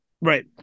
Right